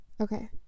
okay